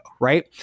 Right